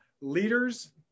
Leaders